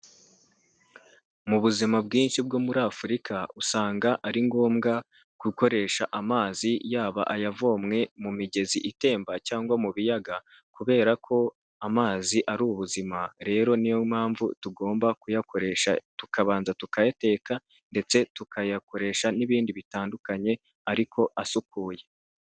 Mu buzima bwinshi bwo muri Afurika, usanga ari ngombwa gukoresha amazi yaba ayavomwe mu migezi itemba, cyangwa mu biyaga, kubera ko amazi ari ubuzima, rero niyo mpamvu tugomba kuyakoresha tukabanza tukayateka, ndetse tukayakoresha n'ibindi bitandukanye, ariko asukuye.